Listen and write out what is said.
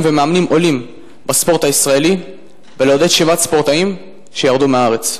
ומאמנים עולים בספורט הישראלי ולעודד שיבת ספורטאים שירדו מהארץ?